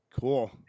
cool